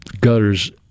gutters